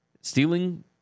Stealing